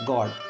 God